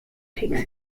takes